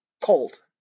cold